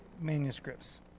manuscripts